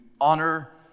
honor